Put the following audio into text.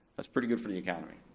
that's pretty good for the economy.